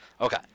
Okay